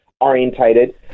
orientated